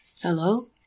Hello